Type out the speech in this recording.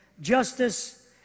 justice